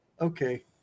Okay